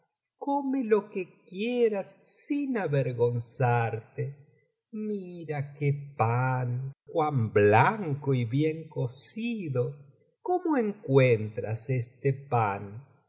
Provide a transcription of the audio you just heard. come lo que quieras sin avergonzarte mira qué pan cuan blanco y bien cocido cómo encuentras este pan